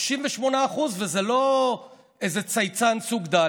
38%. וזה לא איזה צייצן סוג ד',